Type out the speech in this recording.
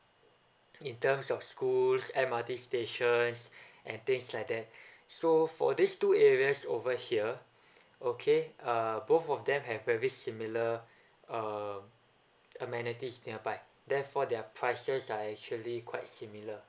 in terms of schools M_R_T stations and things like that so for these two areas over here okay uh both of them have very similar uh amenities nearby therefore their prices are actually quite similar